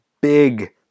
big